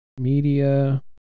media